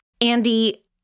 Andy